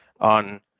on